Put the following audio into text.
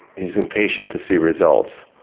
he's impatient to see results.